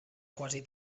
quasi